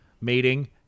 meeting